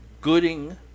Gooding